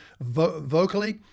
vocally